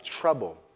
trouble